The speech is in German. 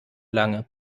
lange